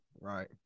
Right